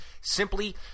simply